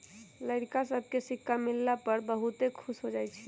लइरका सभके सिक्का मिलला पर बहुते खुश हो जाइ छइ